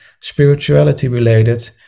spirituality-related